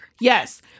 Yes